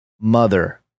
mother